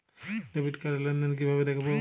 Debit card র লেনদেন কিভাবে দেখবো?